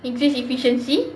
increase efficiency